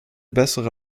bessere